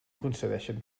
concedeixen